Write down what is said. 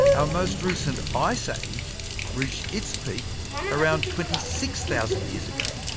our most recent ice age reached its peak around twenty six thousand years ago.